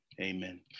Amen